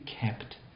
kept